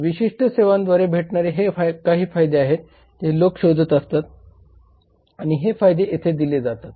विशिष्ट सेवांद्वारे भेटणारे हे काही फायदे आहेत जे लोक शोधत असतात आणि हे फायदे येथे दिले जातात